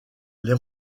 les